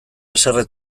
haserre